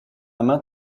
main